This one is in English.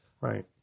right